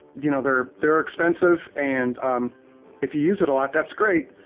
you know, they're they're expensive, and if you use it a lot that's great,